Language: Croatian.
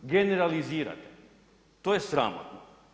Generalizirati, to je sramotno.